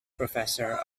professor